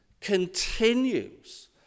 continues